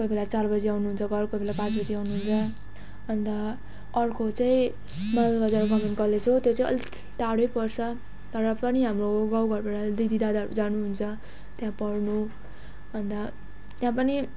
कोही बेला चार बजी आउनुहुन्छ घर कोही बेला पाँच बजी आउनुहुन्छ अन्त अर्को चाहिँ मालबजार गभर्मेन्ट कलेज हो त्यो चाहिँ अलिक टाढै पर्छ तर पनि हाम्रो गाउँघरबाट दिदीदादाहरू जानुहुन्छ त्यहाँ पढ्नु अन्त त्यहाँ पनि